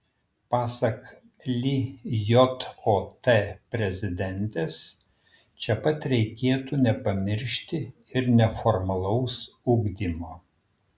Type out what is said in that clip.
pasak lijot prezidentės čia pat reikėtų nepamiršti ir neformalaus ugdymo